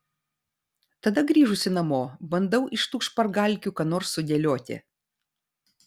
tada grįžusi namo bandau iš tų špargalkių ką nors sudėlioti